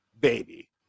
baby